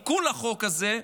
את התיקון לחוק הזה,